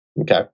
okay